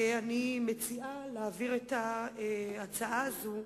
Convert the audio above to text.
אני מציעה להעביר את ההצעה הזאת,